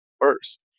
first